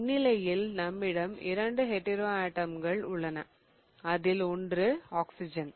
இன்னிலையில் நம்மிடம் இரண்டு ஹெட்டிரோஆட்டம்கள் உள்ளன அதில் ஒன்று ஆக்சிஜன்